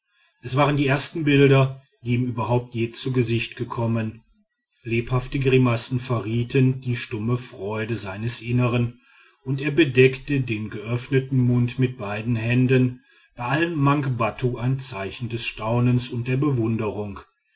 es waren die ersten bilder die ihm überhaupt je zu gesicht gekommen lebhafte grimassen verrieten die stumme freude seines innern und er bedeckte den geöffneten mund mit beiden händen bei allen mangbattu ein zeichen des staunens und der bewunderung